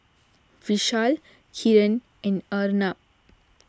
Vishal Kiran and Arnab